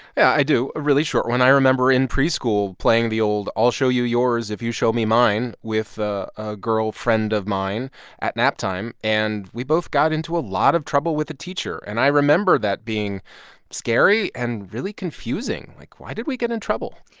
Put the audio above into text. yeah i do, a really short one. i remember in preschool playing the old i'll show you yours if you show me mine with ah a girl friend of mine at naptime. and we both got into a lot of trouble with the teacher. and i remember that being scary and really confusing, like, why did we get in trouble?